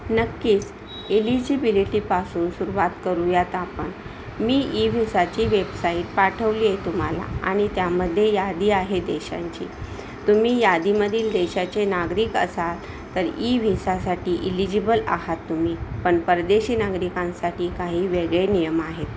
नक्कीच एलिजिबिलिटीपासून सुरुवात करूयात आपण मी ई वेसाची वेबसाईट पाठवली आहे तुम्हाला आणि त्यामध्ये यादी आहे देशांची तुम्ही यादीमधील देशाचे नागरिक असाल तर ई विसासाठी इलिजिबल आहात तुम्ही पण परदेशी नागरिकांसाठी काही वेगळे नियम आहेत